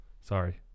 Sorry